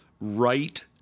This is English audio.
right